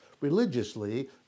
Religiously